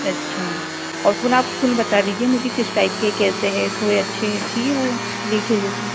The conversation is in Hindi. अच्छा और फूल आप फूल बता दीजिए मुझे किस टाइप के कैसे हैं थोड़े अच्छे चाहिए वो खिले खिले से